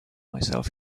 myself